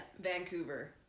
Vancouver